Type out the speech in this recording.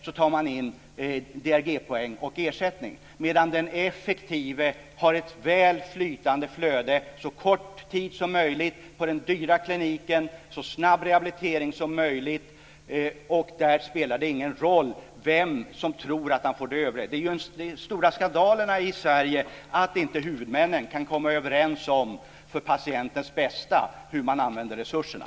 Då tar man in DRG-poäng och ersättning. Den effektive däremot har ett väl flytande flöde - så kort tid som möjligt på den dyra kliniken, så snabb rehabilitering som möjligt. Där spelar det ingen roll för övrigt. Den stora skandalen i Sverige är ju att inte huvudmännen kan komma överens, för patientens bästa, om hur man använder resurserna.